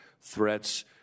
threats